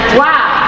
wow